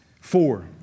Four